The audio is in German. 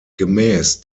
gemäß